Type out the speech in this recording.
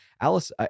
Alice